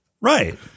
Right